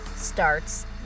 starts